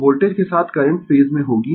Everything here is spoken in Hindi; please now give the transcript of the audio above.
तो वोल्टेज के साथ करंट फेज में होगी